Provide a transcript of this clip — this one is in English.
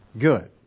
good